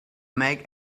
make